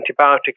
antibiotic